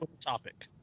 topic